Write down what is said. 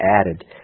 added